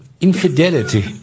Infidelity